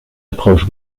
approche